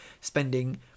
spending